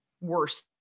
worse